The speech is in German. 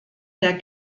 der